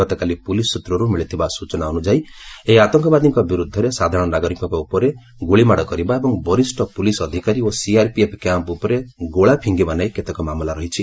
ଗତକାଲି ପୁଲିସ୍ ସୂତ୍ରରୁ ମିଳିଥିବା ସ୍ୱଚନା ଅନୁଯାୟୀ ଏହି ଆତଙ୍କବାଦୀଙ୍କ ବିରୁଦ୍ଧରେ ସାଧାରଣ ନାଗରିକଙ୍କ ଉପରେ ଗୁଳୁମାଡ଼ କରିବା ଏବଂ ବରିଷ୍ଣ ପୁଲିସ୍ ଅଧିକାରୀ ଓ ସିଆର୍ପିଏଫ୍ କ୍ୟାମ୍ପ୍ ଉପରେ ଗୋଳା ଫିଙ୍ଗିବା ନେଇ କେତେକ ମାମଲା ରହିଛି